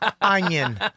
Onion